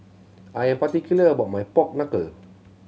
I am particular about my pork knuckle